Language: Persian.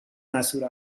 مسئول